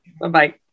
Bye-bye